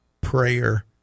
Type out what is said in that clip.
prayer